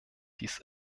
dies